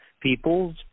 people's